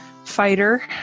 Fighter